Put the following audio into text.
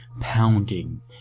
pounding